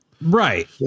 right